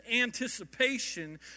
anticipation